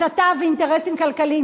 הסתה ואינטרסים כלכליים.